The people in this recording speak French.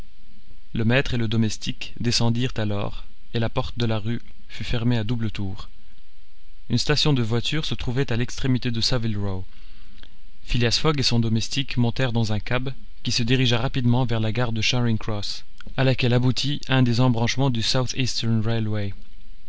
le maître et le domestique descendirent alors et la porte de la rue fut fermée à double tour une station de voitures se trouvait à l'extrémité de saville row phileas fogg et son domestique montèrent dans un cab qui se dirigea rapidement vers la gare de charing cross à laquelle aboutit un des embranchements du